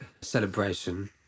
celebration